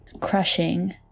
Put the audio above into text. crushing